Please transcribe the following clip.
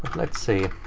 let's see.